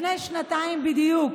לפני שנתיים בדיוק,